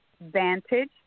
vantage